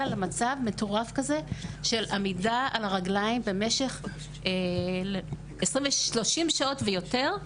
למצב מטורף כזה של עמידה על הרגליים במשך 30 שעות ויותר,